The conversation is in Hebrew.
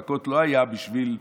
המכות לא היו בשביל העונש,